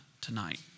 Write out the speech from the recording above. tonight